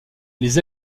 les